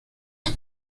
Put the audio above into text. ese